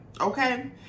okay